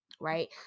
Right